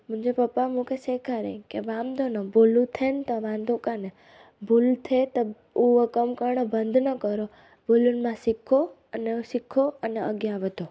मुंहिंजे पपा मूंखे सेखारईं की वांदो न भुलु थियनि त वांदो कान्हे भुल थिए त उहा कमु करणु बंदि न करो भुलनि मां सिखो अने सिखो अने अॻियां वधो